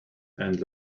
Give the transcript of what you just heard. and